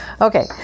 Okay